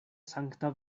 sankta